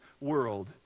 world